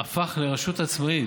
הפך לרשות עצמאית,